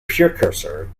precursor